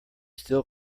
still